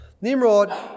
Nimrod